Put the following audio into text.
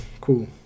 cool